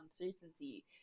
uncertainty